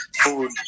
food